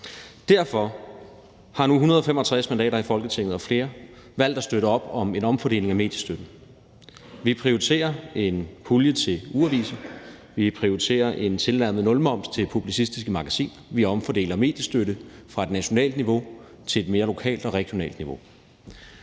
Derfor har nu 165 mandater i Folketinget og flere valgt at støtte op om en omfordeling af mediestøtten. Vi prioriterer en pulje til ugeaviser. Vi prioriterer at tilnærme os en nulmoms for publicistiske magasiner. Vi omfordeler mediestøtte fra et nationalt niveau til et mere lokalt og regionalt niveau.